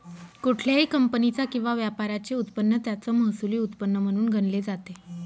कुठल्याही कंपनीचा किंवा व्यापाराचे उत्पन्न त्याचं महसुली उत्पन्न म्हणून गणले जाते